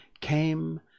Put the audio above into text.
came